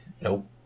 Nope